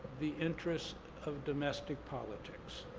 the interest of domestic politics.